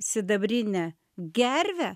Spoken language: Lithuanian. sidabrinę gervę